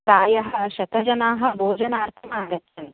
प्रायः शतजनाः भोजनार्थं आगच्छन्ति